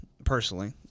Personally